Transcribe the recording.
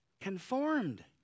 Conformed